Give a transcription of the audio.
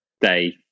day